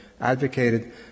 advocated